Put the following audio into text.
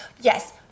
Yes